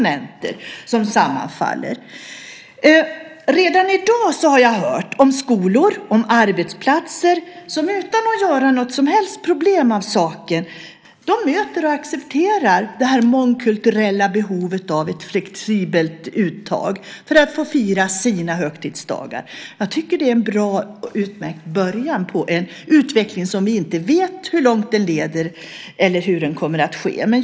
Redan i dag har jag hört om skolor och arbetsplatser som, utan att göra något problem av saken, möter och accepterar behovet av ett flexibelt uttag av ledighet för att människor ska få fira sina högtidsdagar. Jag tycker att det är en utmärkt början på en utveckling som vi ännu inte vet hur långt den leder eller hur den ska äga rum.